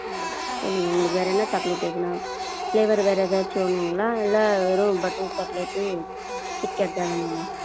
ம் சொல்லுங்கள் உங்களுக்கு வேறு என்ன சாக்லேட் எதுனா ஃப்ளேவர் வேறு ஏதாச்சும் வேணுங்களா இல்லை வெறும் பட்டர் சாக்லேட்டு கிட்கேட்தான் வேணுங்களா